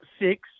six